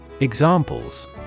EXAMPLES